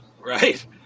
right